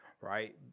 right